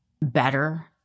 better